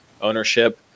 ownership